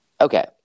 Okay